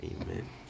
amen